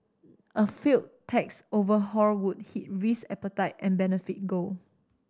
a failed tax overhaul would hit risk appetite and benefit gold